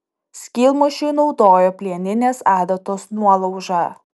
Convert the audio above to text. skylmušiui naudojo plieninės adatos nuolaužą